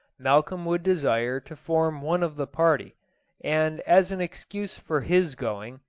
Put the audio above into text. malcolm would desire to form one of the party and as an excuse for his going,